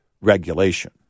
regulation